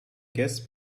guests